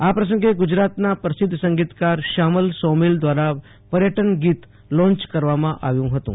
આ પ્રસંગે ગુજરાતના પ્રસિદ્ધ સંગીતકાર શ્યામલ સૌમિલ દ્વારા પર્યટન ગીત લોન્ય કરવામાં આવ્યું હતું